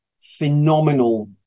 phenomenal